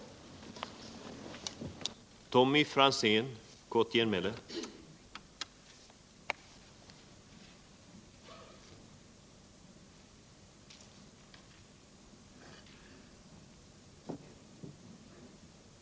Försvarspolitiken,